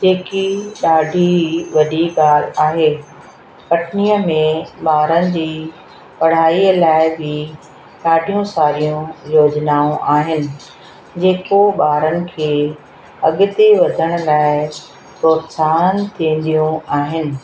जेकी ॾाढी वॾी ॻाल्हि आहे कटनीअ में ॿारनि जी पढ़ाई लाइ बि ॾाढियूं सारियूं योजनाऊं आहिनि जेको ॿारनि खे अॻिते वधण लाइ प्रोत्साहन थींदियूं आहिनि